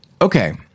okay